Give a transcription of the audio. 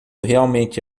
realmente